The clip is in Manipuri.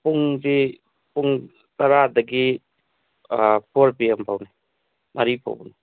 ꯄꯨꯡꯁꯤ ꯄꯨꯡ ꯇꯥꯔꯥꯗꯒꯤ ꯐꯣꯔ ꯄꯤ ꯑꯦꯝ ꯐꯥꯎꯅꯦ ꯃꯔꯤ ꯐꯥꯎꯅꯤ